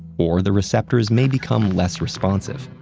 or the receptors may become less responsive.